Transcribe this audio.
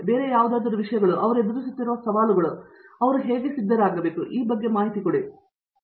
ಬೇರೆ ಯಾವುದಾದರೂ ವಿಷಯಗಳು ಅವರು ಎದುರಿಸುತ್ತಿರುವ ಸವಾಲುಗಳು ಮತ್ತು ಹಾಗಿದ್ದರೆ ಸಿದ್ಧರಾಗಿರುವ ಬಗ್ಗೆ ಅವರಿಗೆ ಏನು ಮಾಡಬೇಕು